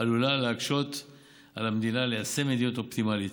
עלולה להקשות על המדינה ליישם מדיניות אופטימלית.